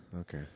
Okay